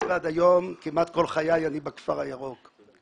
ועד היום כמעט כל חיי אני בכפר הירוק.